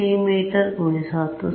me × 10 ಸೆಂ